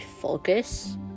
focus